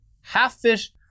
half-fish